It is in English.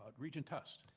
ah regent tuss?